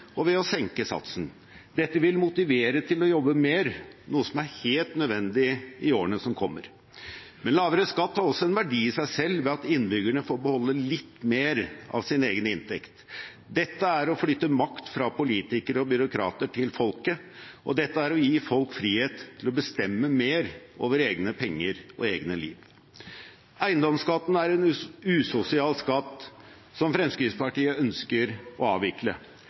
og ved å senke satsen. Dette vil motivere til å jobbe mer, noe som er helt nødvendig i årene som kommer. Men lavere skatt har også en verdi i seg selv ved at innbyggerne får beholde litt mer av sin egen inntekt. Dette er å flytte makt fra politikere og byråkrater til folket, og dette er å gi folk frihet til å bestemme mer over egne penger og egne liv. Eiendomsskatten er en usosial skatt, som Fremskrittspartiet ønsker å avvikle.